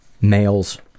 males